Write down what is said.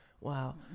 Wow